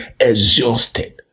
exhausted